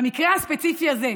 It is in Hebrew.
במקרה הספציפי הזה,